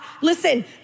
Listen